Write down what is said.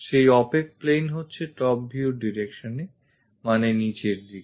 সেই opaque plane হচ্ছে top view র direction মানে নিচের দিক